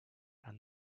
are